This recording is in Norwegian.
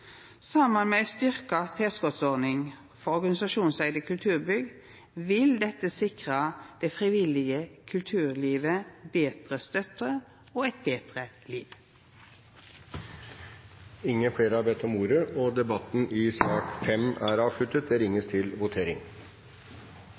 Saman med ei styrkt tilskotsordning for organisasjonseigde kulturbygg vil dette sikra det frivillige kulturlivet betre støtte og eit betre liv. Flere har ikke bedt om ordet til sak nr. 5. Da er vi klare til